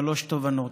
שלוש תובנות.